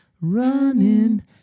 running